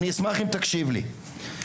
אני אשמח אם תקשיב לי,